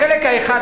החלק האחד,